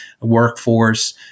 workforce